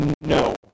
No